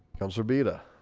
l subida